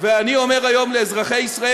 ואני אומר היום לאזרחי ישראל: